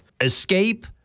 escape